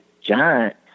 giant